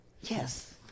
Yes